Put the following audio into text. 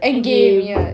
endgame